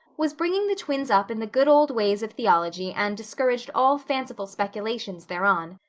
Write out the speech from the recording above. was bringing the twins up in the good old ways of theology and discouraged all fanciful speculations thereupon.